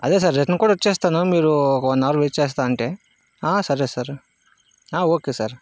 అదే sir return కూడా వస్తాను మీరు ఒక వన్ హవర్ వెయిట్ చేస్తాను అంటే ఆ సరే సార్ ఆ ఓకే సార్